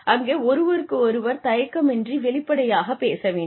அங்கே ஒருவருக்கொருவர் தயக்கமின்றி வெளிப்படையாகப் பேச வேண்டும்